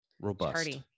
robust